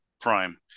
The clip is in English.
prime